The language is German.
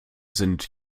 sind